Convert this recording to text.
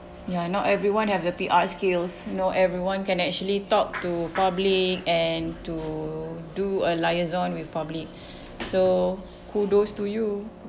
ya not everyone have the P_R skills not everyone can actually talk to public and to do a liaison with public so kudos to you